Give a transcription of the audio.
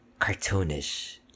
cartoonish